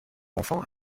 enfant